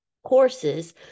Courses